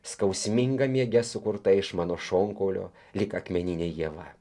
skausmingam miege sukurta iš mano šonkaulio lyg akmeninė ieva